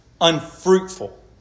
unfruitful